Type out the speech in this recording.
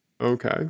Okay